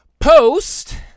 post